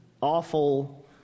awful